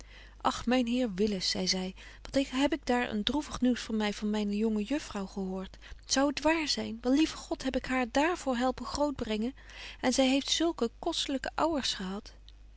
och myn heer willis zei zy wat heb ik daar een droevig nieuws voor my van myne jonge juffrouw gehoort zou het waar zyn wel lieve god heb ik haar daar voor helpen groot brengen betje wolff en aagje deken historie van mejuffrouw sara burgerhart en zy heeft zulke kostelyke ouwers gehad